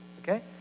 Okay